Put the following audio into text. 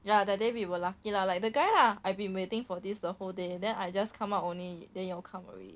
ya that day we were lucky lah like the guy lah I've been waiting for this the whole day and then I just come out only then you all come already